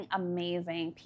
amazing